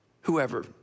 whoever